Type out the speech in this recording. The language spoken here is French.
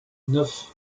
neuf